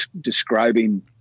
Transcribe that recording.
describing